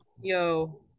Yo